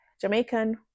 Jamaican